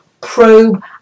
probe